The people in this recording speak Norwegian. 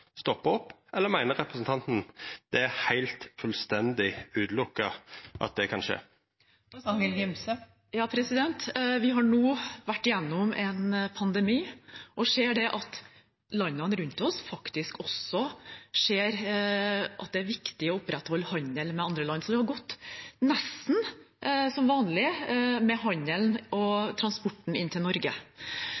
stoppar opp, eller meiner representanten det er heilt, fullstendig utelukka at det kan skje? Vi har nå vært igjennom en pandemi og ser at landene rundt oss faktisk også ser det er viktig å opprettholde handelen med andre land. Det har gått nesten som vanlig med handel og